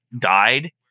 died